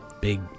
big